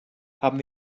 haben